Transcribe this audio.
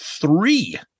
three